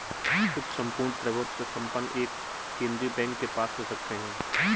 कुछ सम्पूर्ण प्रभुत्व संपन्न एक केंद्रीय बैंक के पास हो सकते हैं